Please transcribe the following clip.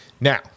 Now